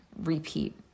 repeat